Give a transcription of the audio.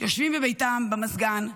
יושבים בביתם במזגן,